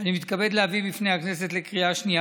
אני מתכבד להביא בפני הכנסת לקריאה שנייה